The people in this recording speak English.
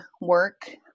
work